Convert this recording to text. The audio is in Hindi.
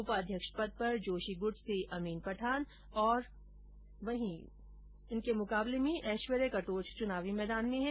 उपाध्यक्ष पद पर जोशी गुट से अमीन पठान और ऐश्वर्य कटोच चूनावी मैदान में है